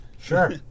Sure